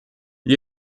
gli